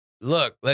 look